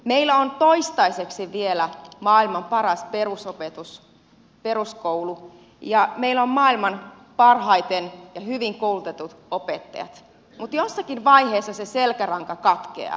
meillä on toistaiseksi vielä maailman paras perusopetus peruskoulu ja meillä on maailman parhaiten ja hyvin koulutetut opettajat mutta jossakin vaiheessa se selkäranka katkeaa